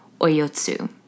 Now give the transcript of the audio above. Oyotsu